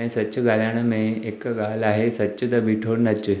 ऐं सचु ॻाल्हाइण में हिक ॻाल्हि आहे सचु त ॿीठो नचु